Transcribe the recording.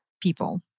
people